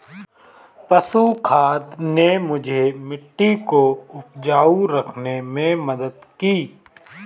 पशु खाद ने मुझे मिट्टी को उपजाऊ रखने में मदद की